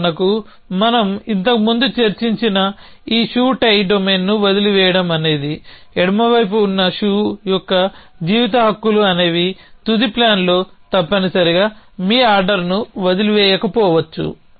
ఉదాహరణకు మనం ఇంతకు ముందు చర్చించిన ఈ షూ టై డొమైన్ని వదిలివేయడం అనేది ఎడమవైపు ఉన్న షూ యొక్క జీవిత హక్కులు అనేవి తుది ప్లాన్లో తప్పనిసరిగా మీ ఆర్డర్ను వదిలివేయలేకపోవచ్చు